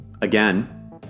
again